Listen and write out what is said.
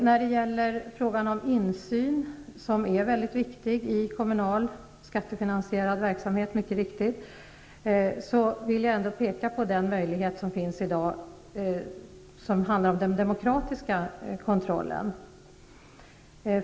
När det gäller frågan om insyn i kommunal, skattefinansierad verksamhet, som är mycket viktig, vill jag peka på den möjlighet som finns i dag genom den demokratiska kontrollen.